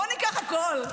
בואו ניקח הכול,